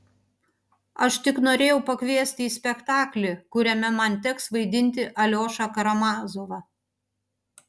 aš tik norėjau pakviesti į spektaklį kuriame man teks vaidinti aliošą karamazovą